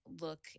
look